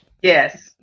Yes